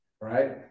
right